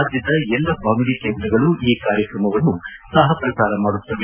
ರಾಜ್ಯದ ಎಲ್ಲ ಬಾನುಲಿ ಕೇಂದ್ರಗಳು ಈ ಕಾರ್ಯಕ್ರಮವನ್ನು ಸಹಪ್ರಸಾರ ಮಾಡುತ್ತವೆ